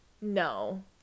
no